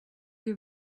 que